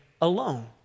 alone